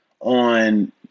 on